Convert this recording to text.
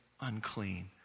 unclean